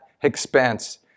expense